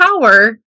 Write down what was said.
power